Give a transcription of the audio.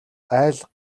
айл